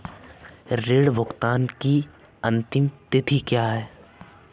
ऋण भुगतान की अंतिम तिथि क्या है?